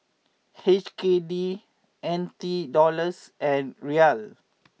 H K D N T Dollars and Riel